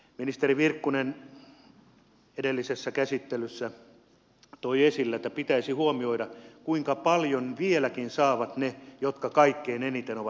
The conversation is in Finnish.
ministeri virkkunen edellisessä käsittelyssä toi esille että pitäisi huomioida kuinka paljon vieläkin saavat ne jotka kaikkein eniten ovat menettäneet